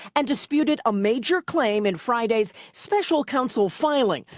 and disputed a major claim in friday's special counsel filing,